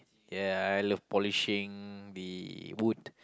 ya I love polishing the wood